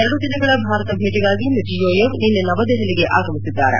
ಎರಡು ದಿನಗಳ ಭಾರತ ಭೇಟಿಗಾಗಿ ಮಿರ್ಜಿಯೊಯೆವ್ ನಿನ್ನೆ ನವದೆಪಲಿಗೆ ಆಗಮಿಸಿದ್ದಾರೆ